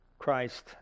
Christ